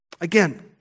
Again